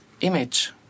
image